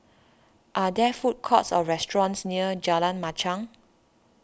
are there food courts or restaurants near Jalan Machang